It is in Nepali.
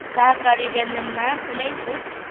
शाकाहारी व्यञ्जनमा कुनै छुट